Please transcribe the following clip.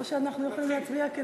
נתחיל.